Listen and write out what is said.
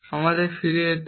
আমাদের ফিরে যেতে হবে